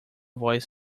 voz